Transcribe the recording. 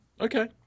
Okay